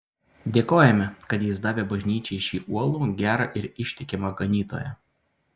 dėkojame kad jis davė bažnyčiai šį uolų gerą ir ištikimą ganytoją